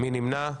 מי נמנע?